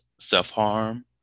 self-harm